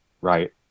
right